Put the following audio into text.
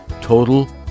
Total